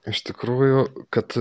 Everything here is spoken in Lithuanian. iš tikrųjų kad